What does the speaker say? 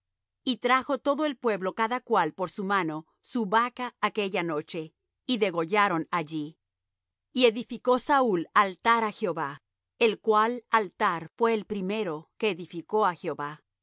y trajo todo el pueblo cada cual por su mano su vaca aquella noche y degollaron allí y edificó saúl altar á jehová el cual altar fué el primero que edificó á jehová